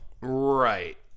Right